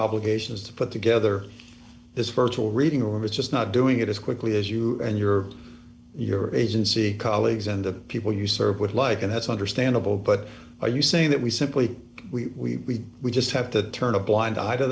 salvations to put together this virtual reading room is just not doing it as quickly as you and your your agency colleagues and the people you serve would like and that's understandable but are you saying that we simply we we just have to turn a blind eye to